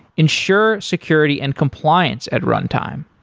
ensure security and compliance at runtime.